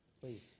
Please